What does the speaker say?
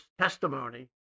testimony